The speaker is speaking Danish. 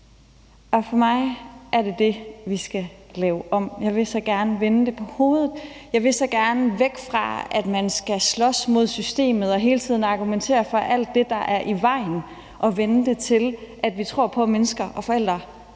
Og for mig er det det, vi skal lave om. Jeg vil så gerne vende det på hovedet. Jeg vil så gerne væk fra, at man skal slås mod systemet og hele tiden argumentere for alt det, der er i vejen, og vende det til, at vi tror på, at mennesker og forældre gør